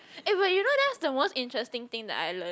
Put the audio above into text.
eh but you know that's the most interesting thing that I learnt